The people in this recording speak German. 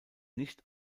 nicht